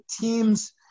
teams